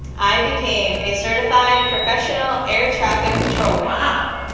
i became a certified professional air traffic controller wow.